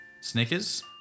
Snickers